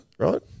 Right